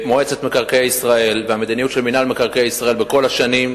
מועצת מקרקעי ישראל והמדיניות של מינהל מקרקעי ישראל בכל השנים,